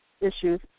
issues